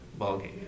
ballgame